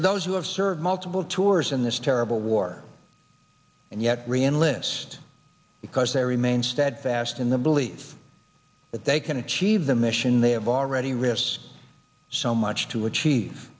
to those who have served multiple tours in this terrible war and yet re enlist because they remain steadfast in the belief that they can achieve the mission they have already wrists so much to achieve